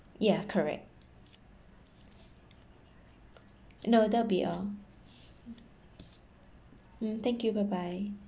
yeah correct no that will be all mm thank you bye bye